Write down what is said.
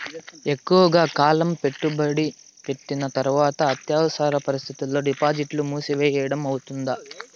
ఎక్కువగా కాలం పెట్టుబడి పెట్టిన తర్వాత అత్యవసర పరిస్థితుల్లో డిపాజిట్లు మూసివేయడం అవుతుందా?